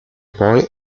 poi